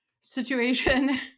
situation